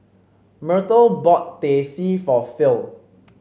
Myrtle bought Teh C for Phil